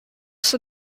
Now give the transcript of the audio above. sert